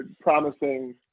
promising